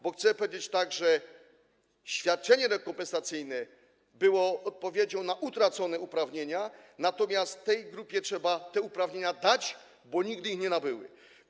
Bo chcę powiedzieć, że świadczenie rekompensacyjne było odpowiedzią na utracone uprawnienia, natomiast tej grupie trzeba te uprawnienia dać, bo nigdy ich nie nabyła.